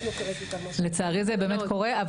לצערי זה באמת קורה.